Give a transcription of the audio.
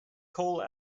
cole